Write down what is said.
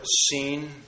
seen